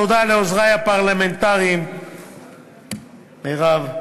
תודה לעוזרי הפרלמנטריים מרב,